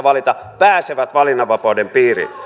valita pääsevät valinnanvapauden piiriin